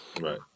Right